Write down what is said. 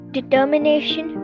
determination